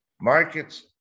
markets